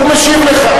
הוא משיב לך,